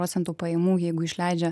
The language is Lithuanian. procentų pajamų jeigu išleidžia